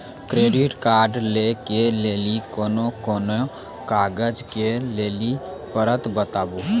Credit card लै के लेली कोने कोने कागज दे लेली पड़त बताबू?